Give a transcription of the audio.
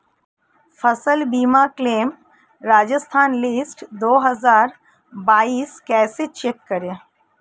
फसल बीमा claim Rajasthan list दो हज़ार बाईस कैसे चेक करें?